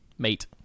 Mate